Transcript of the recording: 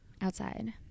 Outside